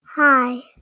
Hi